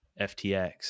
FTX